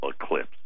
eclipse